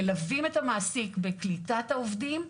מלווים את המעסיק בקליטת העובדים,